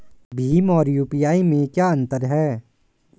भीम और यू.पी.आई में क्या अंतर है?